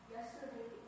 Yesterday